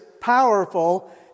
powerful